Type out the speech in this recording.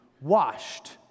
washed